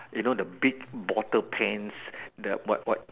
you know the big bottle pants the what what